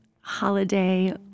holiday